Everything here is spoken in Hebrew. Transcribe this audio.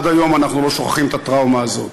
עד היום אנחנו לא שוכחים את הטראומה הזאת.